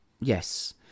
Yes